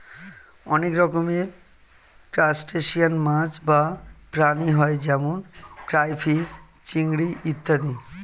অনেক রকমের ক্রাস্টেশিয়ান মাছ বা প্রাণী হয় যেমন ক্রাইফিস, চিংড়ি ইত্যাদি